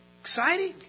Exciting